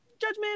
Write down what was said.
judgment